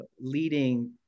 leading